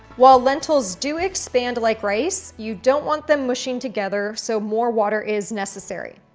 while lentils do expand like rice, you don't want them mushing together. so more water is necessary.